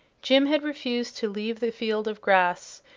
jim had refused to leave the field of grass,